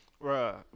Bro